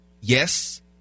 Yes